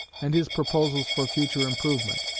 and his proposals for future improvement.